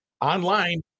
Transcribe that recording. Online